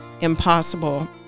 impossible